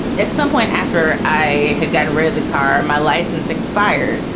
at some point after i had gotten rid of the car, my license expired.